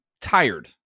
tired